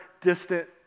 distant